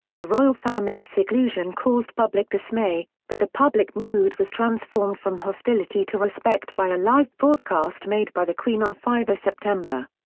the royal family's seclusion caused public dismay, but the public mood was transformed from hostility to respect by a live broadcast made by the queen on five september.